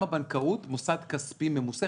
מוסד כספי ממוסה,